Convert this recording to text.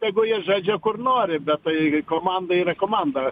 tegu jie žaidžia kur nori bet tai komanda yra komanda